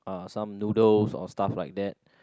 uh some noodles or stuff like that